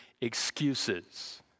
excuses